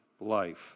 life